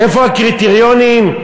איפה הקריטריונים?